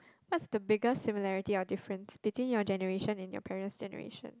what's the biggest similarity or difference between your generation and your parent's generation